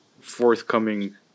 forthcoming